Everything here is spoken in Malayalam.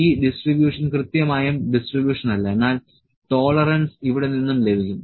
ഈ ഡിസ്ട്രിബൂഷൻ കൃത്യമായും ഡിസ്ട്രിബൂഷൻ അല്ല എന്നാൽ റ്റോളറൻസ് ഇവിടെ നിന്നും ലഭിക്കും